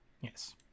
Yes